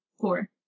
Four